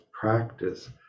practice